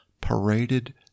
paraded